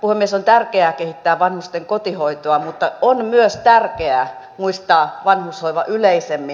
on tärkeää kehittää vanhusten kotihoitoa mutta on myös tärkeää muistaa vanhushoiva yleisemmin